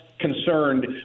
concerned